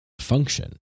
function